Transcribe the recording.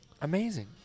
Amazing